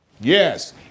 Yes